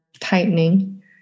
tightening